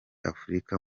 afurika